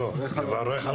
לברך על